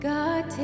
God